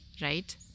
right